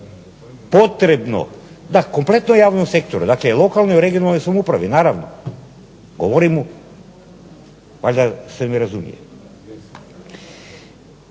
potrebno da kompletnom javnom sektoru dakle lokalnoj i regionalnoj samoupravi naravno govorim valjda ste me razumjeli.